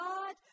God